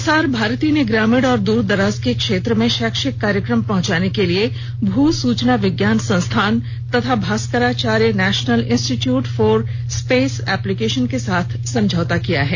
प्रसार भारती ने ग्रामीण और दूरदराज के क्षेत्र में शैक्षिक कार्यक्रम पहुंचाने के लिए भू सूचना विज्ञान संस्थान तथा Bhaskaracharya national institute for space application के साथ समझौता किया है